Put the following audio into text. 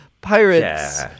Pirates